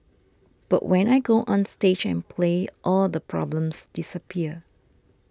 but when I go onstage and play all the problems disappear